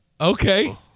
Okay